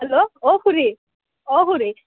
hello অঁ খুৰী অঁ খুৰী